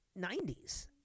90s